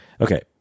Okay